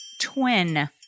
twin